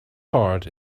heart